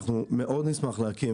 נשמח מאוד להקים